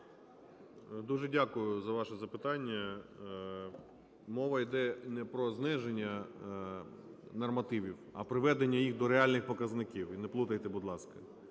Дуже дякую за ваше запитання. Мова йде не про зниження нормативів, а приведення їх до реальних показників. І не плутайте, будь ласка.